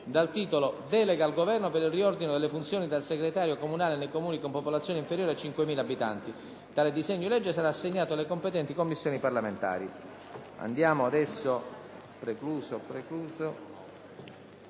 dal titolo «Delega al Governo per il riordino delle funzioni del segretario comunale nei Comuni con popolazione inferiore a 5.000 abitanti». Tale disegno di legge sarà assegnato alle competenti Commissioni parlamentari.